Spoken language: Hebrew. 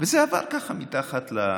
וזה עבר ככה מתחת,